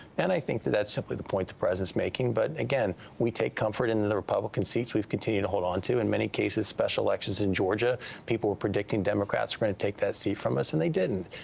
and i think that that's simply the point the president's making. but, again, we take comfort in in the republican seats we have continued to hold on to. in many cases, special elections in georgia people were predicting democrats were going to take that seat from us, and they didn't.